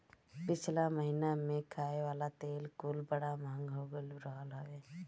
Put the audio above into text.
पिछला महिना में खाए वाला तेल कुल बड़ा महंग हो गईल रहल हवे